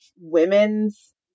women's